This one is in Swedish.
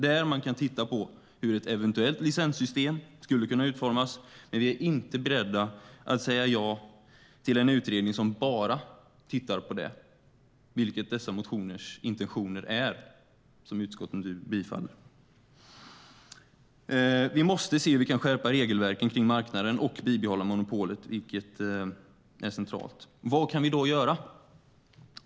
Där kan man titta på hur ett eventuellt licenssystem skulle kunna utformas. Men vi är inte beredda att säga ja till en utredning som bara tittar på det. Det är intentionen i de motioner som utskottet tillstyrker. Vi måste se hur vi kan skärpa regelverken för marknaden och bibehålla monopolet, vilket är centralt. Vad kan vi då göra?